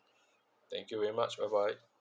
thank you very much bye bye